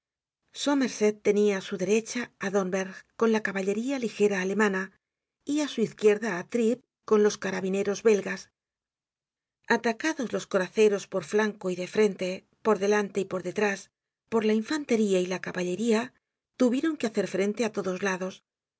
somerset tenia á su derecha á dornberg con la caballería ligera alemana y á su izquierda á trip con los carabineros belgas atacados los coraceros por flanco y de frente por delante y por detrás por la infantería y la caballería tuvieron que hacer frente á todos lados